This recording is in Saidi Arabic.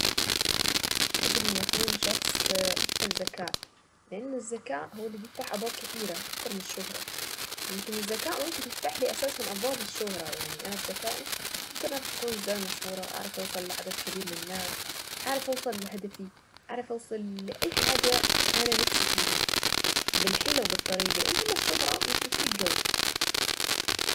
قبل ان اكون شخص اكثر ذكاء. الذكاء هو اللي بيفتح ابواب كثيرة اكثر من الشهرة. يمكن الذكاء ممكن يفتح لي اساسا ابواب الشهرة يعني انا بذكائي ممكن اعرف اكون دائما مشهورة اعرف اوصل لعدد كبير من الناس. اعرف اوصل لهدفي. اعرف اوصل لاي حاجة انا نفسي فيها بالحيلة وبالطريقة انما الشهرة مش بتفيد قوي.